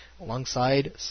Alongside